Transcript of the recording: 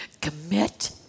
Commit